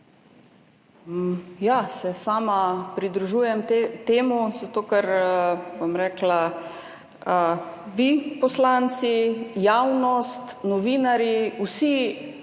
Ja, sama se pridružujem temu, zato ker, bom rekla, vi poslanci, javnost, novinarji, vsi